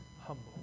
humble